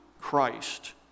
Christ